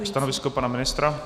Stanovisko pana ministra?